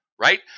right